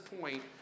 point